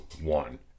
one